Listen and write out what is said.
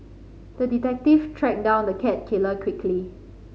the detective tracked down the cat killer quickly